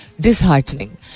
disheartening